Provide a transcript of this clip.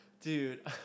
Dude